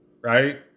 right